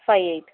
five eight